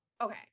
Okay